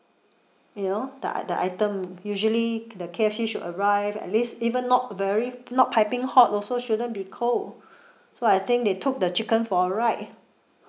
you know the the item usually the K_F_C should arrive at least even not very not piping hot also shouldn't be cold so I think they took the chicken for a ride